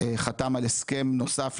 חתם על הסכם נוסף,